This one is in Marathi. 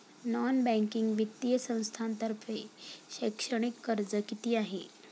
नॉन बँकिंग वित्तीय संस्थांतर्फे शैक्षणिक कर्ज किती आहे?